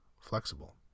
flexible